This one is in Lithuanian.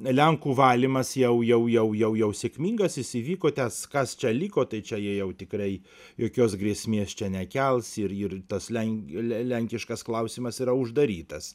lenkų valymas jau jau jau jau sėkmingas jis įvyko tas kas čia liko tai čia jau tikrai jokios grėsmės čia nekels ir ir tas leng le lenkiškas klausimas yra uždarytas